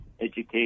education